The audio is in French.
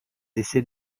essais